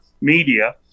media